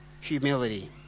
humility